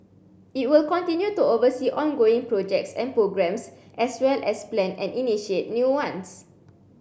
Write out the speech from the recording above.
it will continue to oversee ongoing projects and programmes as well as plan and initiate new ones